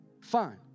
fine